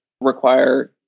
require